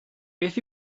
beth